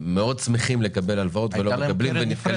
מאוד שמחים לקבל הלוואות אבל נתקלים